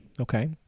Okay